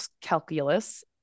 calculus